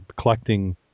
collecting